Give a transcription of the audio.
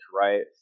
right